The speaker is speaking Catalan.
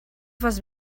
fas